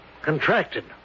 Contracted